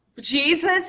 Jesus